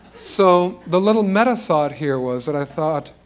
so, the little meta-thought here was that i thought,